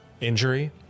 injury